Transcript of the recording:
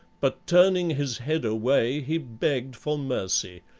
but turning his head away he begged for mercy.